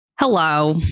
Hello